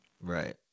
Right